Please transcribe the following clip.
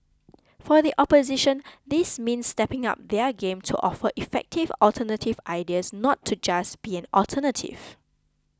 for the opposition this means stepping up their game to offer effective alternative ideas not to just be an alternative